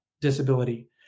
disability